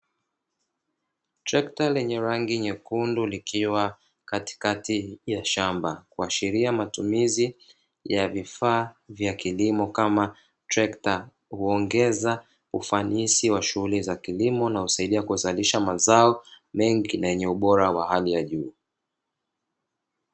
Trekta lenye rangi nyekundu likiwa katikati ya shamba, kuashiria matumizi ya vifaa vya kilimo kama trekta. Huongeza ufanisi wa shughuli za kilimo na husaidia kuzalisha mazao mengi na yenye ubora wa hali ya juu.